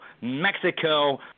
Mexico